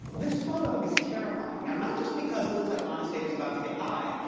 this photo is terrifying. now, not just because it looks like honest abe's about to get high,